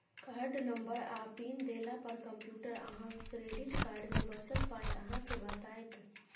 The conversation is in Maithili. कार्डनंबर आ पिन देला पर कंप्यूटर अहाँक क्रेडिट कार्ड मे बचल पाइ अहाँ केँ बताएत